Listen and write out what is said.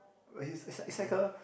but he's is like is like a